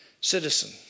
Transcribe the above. Citizen